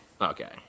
Okay